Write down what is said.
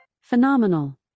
Phenomenal